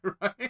right